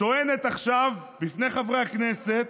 טוענת עכשיו בפני חברי הכנסת